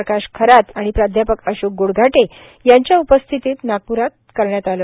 प्रकाश खरात आणि प्राध्यापक अशोक गोडघाटे यांच्या उपस्थित नागपूर इथं करण्यात आलं